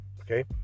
okay